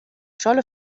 scholle